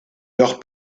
leur